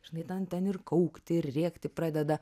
žinai ten ten ir kaukti ir rėkti pradeda